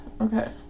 Okay